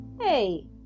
Hey